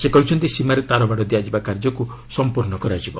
ସେ କହିଛନ୍ତି ସୀମାରେ ତାରବାଡ଼ ଦିଆଯିବା କାର୍ଯ୍ୟକୁ ସମ୍ପୂର୍ଣ୍ଣ କରାଯିବ